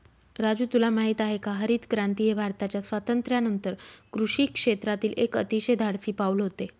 राजू तुला माहित आहे का हरितक्रांती हे भारताच्या स्वातंत्र्यानंतर कृषी क्षेत्रातील एक अतिशय धाडसी पाऊल होते